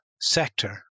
sector